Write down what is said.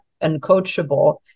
uncoachable